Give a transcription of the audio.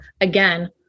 again